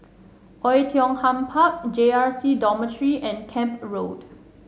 Oei Tiong Ham Park J R C Dormitory and Camp Road